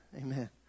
Amen